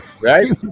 Right